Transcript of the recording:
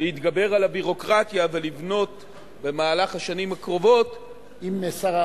להתגבר על הביורוקרטיה ולבנות בשנים הקרובות יותר,